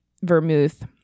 Vermouth